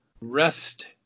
rest